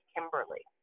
Kimberly